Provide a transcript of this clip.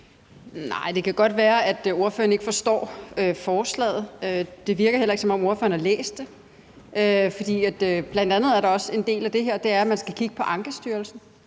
(DF): Det kan godt være, at ordføreren ikke forstår forslaget. Det virker heller ikke, som om ordføreren har læst det, for en del af det her er, at man skal kigge på Ankestyrelsen,